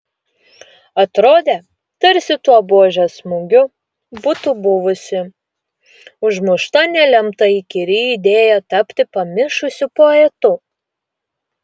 atrodė tarsi tuo buožės smūgiu būtų buvusi užmušta nelemta įkyri idėja tapti pamišusiu poetu